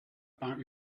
about